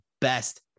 best